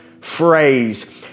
phrase